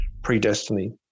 predestiny